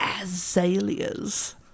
azaleas